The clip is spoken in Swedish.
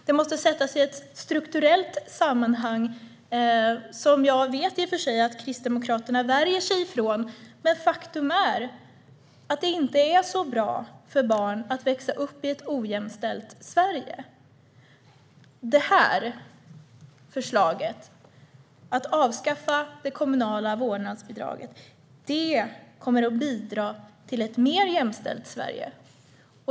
Det måste sättas i ett strukturellt sammanhang som jag i och för sig vet att Kristdemokraterna värjer sig mot. Men faktum är att det inte är så bra för barn att växa upp i ett ojämställt Sverige. Detta förslag - att avskaffa det kommunala vårdnadsbidraget - kommer att bidra till ett mer jämställt Sverige.